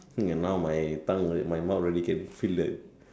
hmm now my tongue my mouth already can feel the